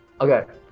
okay